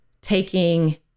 taking